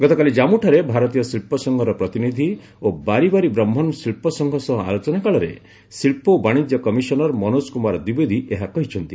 ଗତକାଲି ଜାଞ୍ଗୁଠାରେ ଭାରତୀୟ ଶିଳ୍ପ ସଂଘର ପ୍ରତିନିଧି ଓ ବାରିବାରି ବ୍ରହ୍ମନ ଶିଳ୍ପ ସଂଘ ସହ ଆଲୋଚନାକାଳରେ ଶିଳ୍ପ ଓ ବାଣିଜ୍ୟ କମିଶନର ମନୋଜ କୁମାର ଦ୍ୱିବେଦୀ ଏହା କହିଛନ୍ତି